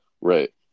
right